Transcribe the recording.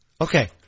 okay